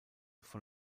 von